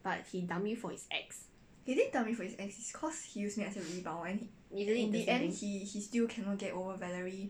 but he dump you for his ex isn't it the same thing